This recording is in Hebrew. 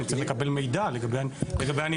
אני צריך לקבל מידע לגבי הניתוח.